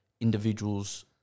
individuals